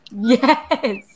Yes